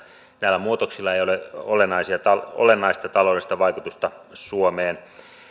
näillä muutoksilla ei ole olennaista taloudellista vaikutusta suomeen